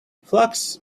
flax